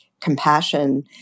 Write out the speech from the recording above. compassion